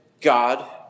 God